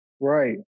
Right